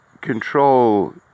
control